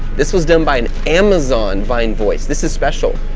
this was done by an amazon vine voice, this is special,